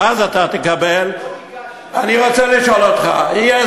ואז אתה תקבל, לא ביקשנו.